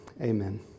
amen